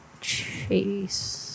Chase